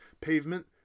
pavement